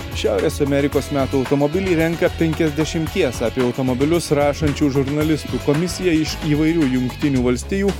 šiaurės amerikos metų automobilį renka penkiasdešimties apie automobilius rašančių žurnalistų komisija iš įvairių jungtinių valstijų